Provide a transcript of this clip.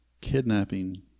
kidnapping